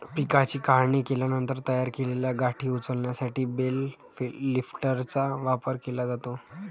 पिकाची काढणी केल्यानंतर तयार केलेल्या गाठी उचलण्यासाठी बेल लिफ्टरचा वापर केला जातो